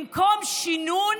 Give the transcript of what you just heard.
במקום שינון,